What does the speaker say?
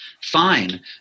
Fine